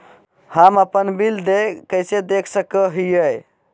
हम अपन बिल देय कैसे देख सको हियै?